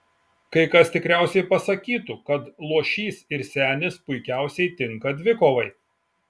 kai kas tikriausiai pasakytų kad luošys ir senis puikiausiai tinka dvikovai